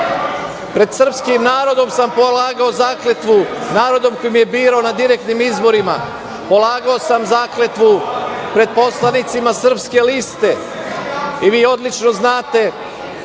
Pred srpskim narodom sam polagao zakletvu, narodom koji me je birao na direktnim izborima. Polagao sam zakletvu pred poslanicima „Srpske liste“. Vi odlično znate,